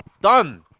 done